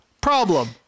problem